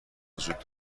وجود